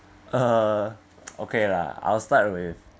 uh okay lah I'll start with